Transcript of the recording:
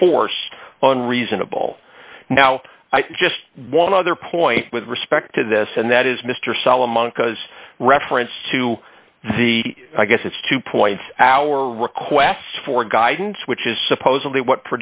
force on reasonable now just one other point with respect to this and that is mr solomon cause reference to the i guess it's to point our request for guidance which is supposedly what